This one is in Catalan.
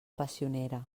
passionera